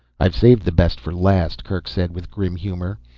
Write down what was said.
i've saved the best for last, kerk said with grim humor.